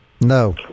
No